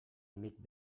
amic